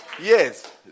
Yes